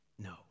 No